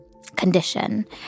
condition